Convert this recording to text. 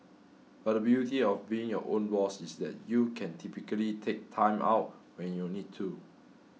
but the beauty of being your own boss is that you can typically take Time Out when you need to